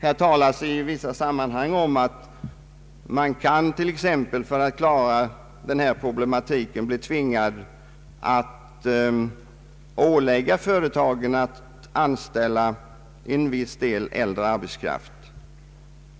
Här talas i vissa sammanhang om att man för att klara denna problematik kan bli tvingad att t.ex. ålägga företagen att i viss utsträckning anställa äldre arbetskraft.